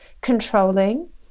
controlling